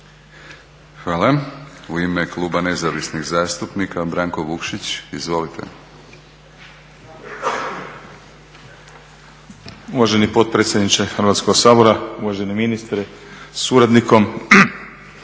Hvala. U ime Kluba nezavisnih zastupnika Branko Vukšić. Izvolite. **Vukšić, Branko (Nezavisni)** Uvaženi potpredsjedniče Hrvatskog sabora, uvaženi ministre sa suradnikom.